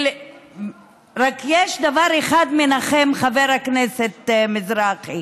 ויש רק דבר אחד מנחם, חבר הכנסת מזרחי.